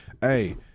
Hey